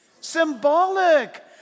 symbolic